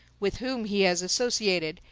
with whom he has associated,